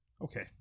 Okay